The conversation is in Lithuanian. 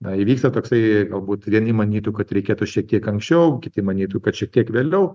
na įvyksta toksai galbūt vieni manytų kad reikėtų šiek tiek anksčiau kiti manytų kad šiek tiek vėliau